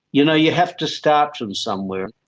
you know, you have to start from somewhere.